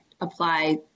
apply